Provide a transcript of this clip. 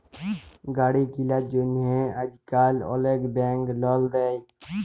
গাড়ি কিলার জ্যনহে আইজকাল অলেক ব্যাংক লল দেই